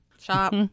shop